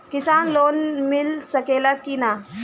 किसान लोन मिल सकेला कि न?